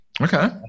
Okay